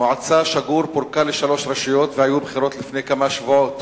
המועצה שגור פורקה לשלוש רשויות והיו בחירות לפני כמה שבועות.